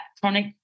chronic